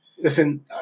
Listen